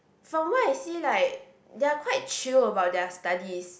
from what I see like they're quite chill about their studies